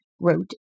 wrote